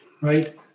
Right